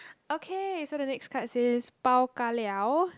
okay so the next card is bao ka liao